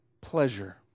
pleasure